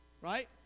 right